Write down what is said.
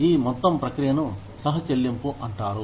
మరియు ఈ మొత్తం ప్రక్రియను సహా చెల్లింపు అంటారు